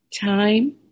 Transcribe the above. time